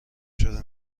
شده